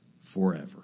forever